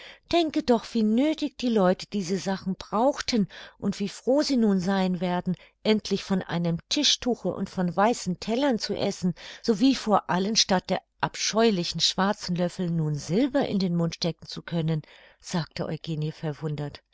denke doch wie nöthig die leute diese sachen brauchten und wie froh sie nun sein werden endlich von einem tischtuche und von weißen tellern zu essen sowie vor allen statt der abscheulichen schwarzen löffel nun silber in den mund stecken zu können sagte eugenie verwundert